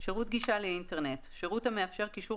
"שירות גישה לאינטרנט" שירות המאפשר קישור